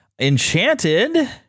Enchanted